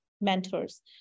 mentors